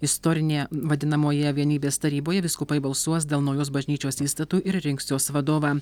istorinėje vadinamoje vienybės taryboje vyskupai balsuos dėl naujos bažnyčios įstatų ir rinks jos vadovą